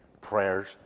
prayers